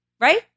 right